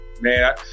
Man